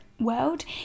world